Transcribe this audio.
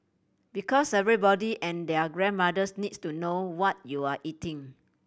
because everybody and their grandmothers needs to know what you're eating